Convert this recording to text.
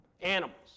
animals